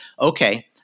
okay